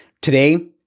today